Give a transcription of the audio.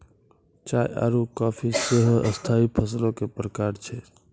चाय आरु काफी सेहो स्थाई फसलो के प्रकार छै